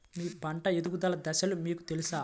మీ పంట ఎదుగుదల దశలు మీకు తెలుసా?